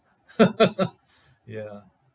ya